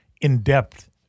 in-depth